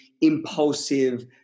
impulsive